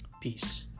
Peace